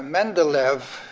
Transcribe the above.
mendelev,